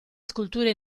sculture